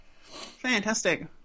Fantastic